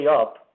up